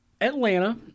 Atlanta